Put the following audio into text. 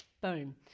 boom